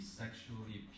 sexually